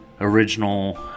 original